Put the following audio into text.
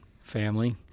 family